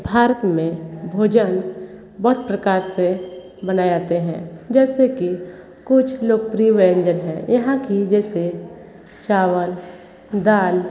भारत में भोजन बहुत प्रकार से बनाए जाते हैं जैसे कि कुछ लोकप्रिय व्यंजन हैं यहाँ कि जैसे चावल दाल